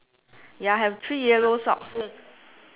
ya have three yellow socks